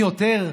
מי יותר,